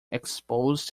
exposed